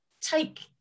take